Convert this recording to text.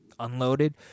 unloaded